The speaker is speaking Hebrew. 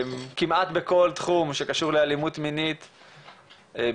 כמעט בכל תחום שקשור לאלימות מינית בכלל,